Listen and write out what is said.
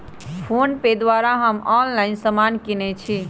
PhonePe द्वारा हम online समान किनइ छी